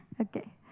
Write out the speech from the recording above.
Okay